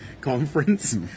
conference